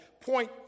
point